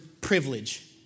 privilege